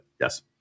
Yes